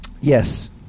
yes